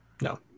No